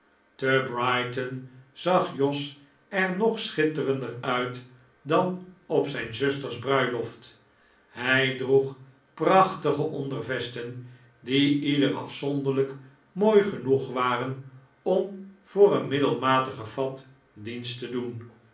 te brighton zag jos er nog schitterender uit dan op zijn zusters bruiloft hij droeg prachtige ondervesten die ieder afzonderlijk mooi genoeg waren om voor een middelmatigen fat dienst te doen